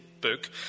book